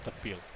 appeal